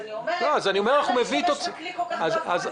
אני שואלת למה צריך להשתמש בכלי כל כך דרקוני?